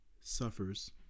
suffers